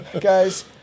Guys